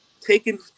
taken